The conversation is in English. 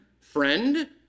friend